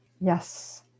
Yes